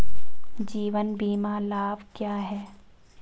जीवन बीमा लाभ क्या हैं?